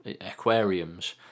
aquariums